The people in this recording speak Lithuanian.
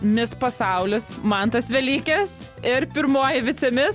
mis pasaulis mantas velykis ir pirmoji vicemis